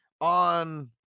on